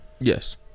Yes